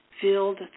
filled